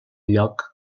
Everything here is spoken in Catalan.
lloc